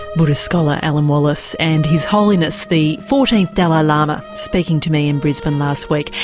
buddhist scholar alan wallace and his holiness the fourteenth dalai lama, speaking to me and brisbane last week.